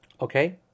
Okay